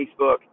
Facebook